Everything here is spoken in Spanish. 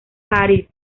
paris